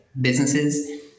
businesses